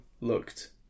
looked